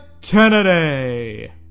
Kennedy